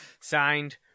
signed